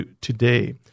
today